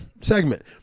segment